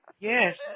Yes